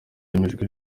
yemejwe